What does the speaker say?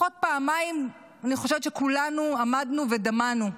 לפחות פעמיים אני חושבת שכולנו עמדנו ודמענו.